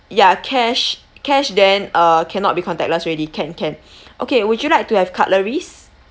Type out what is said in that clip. ya cash cash then uh cannot be contactless already can can okay would you like to have cutleries